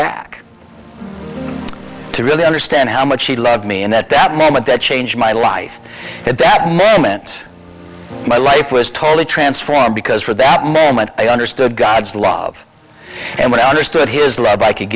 back to really understand how much he loved me and that that moment that changed my life at that moment my life was totally transformed because for that moment i understood god's love and what i understood his lab i could